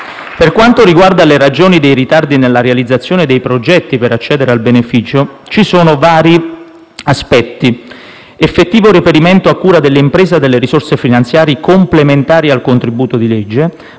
Per quanto riguarda le ragioni dei ritardi nella realizzazione dei progetti per accedere al beneficio, ci sono vari aspetti: l'effettivo reperimento a cura dell'impresa delle risorse finanziarie complementari al contributo di legge,